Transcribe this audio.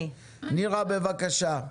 נירה, בבקשה.